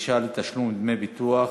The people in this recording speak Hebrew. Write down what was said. (דרישה לתשלום דמי ביטוח